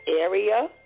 area